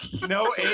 No